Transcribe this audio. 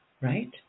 right